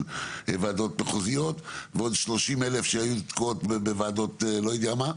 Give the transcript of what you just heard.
ועדות מחוזיות ועוד 30,000 שהיו תקועות בוועדות לא יודע מה.